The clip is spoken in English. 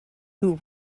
who